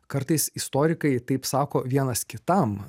kartais istorikai taip sako vienas kitam